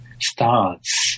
starts